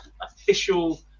official